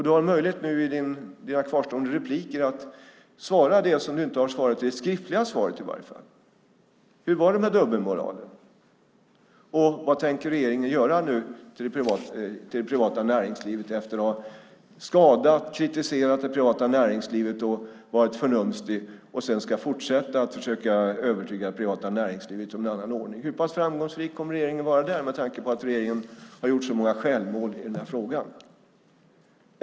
Du har möjlighet nu i dina kvarstående anföranden att svara på det som du inte har svarat på i det skriftliga svaret. Hur var det med dubbelmoralen? Och vad tänker regeringen göra nu för det privata näringslivet efter att man har skadat och kritiserat det och varit förnumstig? Efter det ska man fortsätta att försöka övertyga det privata näringslivet om en annan ordning. Hur pass framgångsrik kommer regeringen att vara där med tanke på att regeringen har gjort så många självmål i den här frågan?